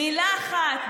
מילה אחת.